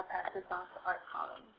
this on to art collins.